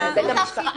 זאת החלטה.